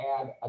add